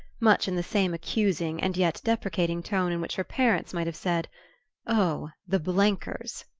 much in the same accusing and yet deprecating tone in which her parents might have said oh, the blenkers.